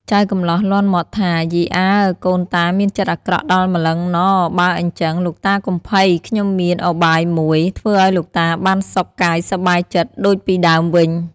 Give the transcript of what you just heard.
ចៅកម្លោះលាន់មាត់ថា “ យីអើ! កូនតាមានចិត្តអាក្រក់ដល់ម្លឹងហ្ន៎បើអីចឹង លោកតាកុំភ័យ ខ្ញុំមានឧបាយមួយ ធ្វើឱ្យលោកតាបានសុខកាយសប្បាយចិត្តដូចពីដើមវិញ។